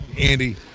Andy